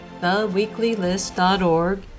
theweeklylist.org